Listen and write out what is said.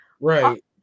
Right